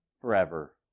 forever